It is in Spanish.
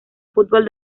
fútbol